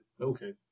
okay